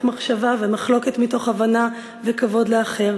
מחשבה ומחלוקת מתוך הבנה וכבוד לאחר.